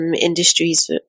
industries